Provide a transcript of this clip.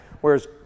whereas